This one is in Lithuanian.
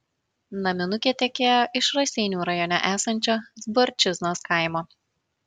naminukė tekėjo iš raseinių rajone esančio zborčiznos kaimo